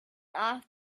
off